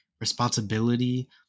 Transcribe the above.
responsibility